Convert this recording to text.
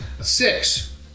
Six